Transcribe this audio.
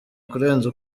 kurenza